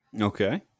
Okay